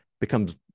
becomes